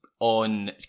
on